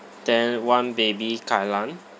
then one baby kai lan